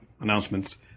announcements